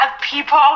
people